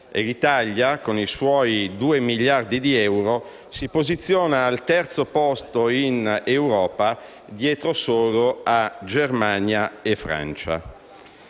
l'Italia, con i suoi due miliardi di euro, si posiziona al terzo posto in Europa dietro solo a Germania e Francia.